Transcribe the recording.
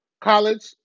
college